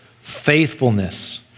Faithfulness